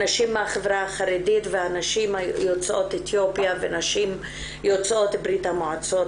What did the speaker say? הנשים מהחברה החרדית והנשים יוצאות אתיופיה ונשים יוצאות ברית המועצות,